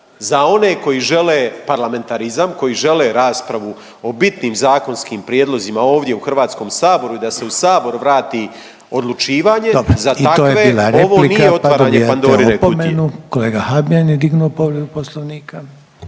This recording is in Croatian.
Za one koji žele parlamentarizam, koji žele raspravu o bitnim zakonskim prijedlozima ovdje u Hrvatskom saboru i da se u Sabor vrati odlučivanje, za takve ovo nije otvaranje Pandorine kutije.